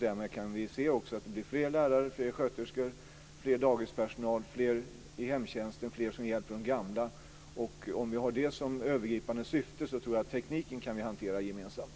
Därmed kan vi se att det blir fler lärare, fler sjuksköterskor, mer dagispersonal och fler som hjälper de gamla i hemtjänsten. Om vi har detta som övergripande syfte tror jag att vi kan hantera tekniken gemensamt.